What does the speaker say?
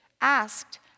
asked